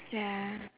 ya